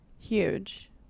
huge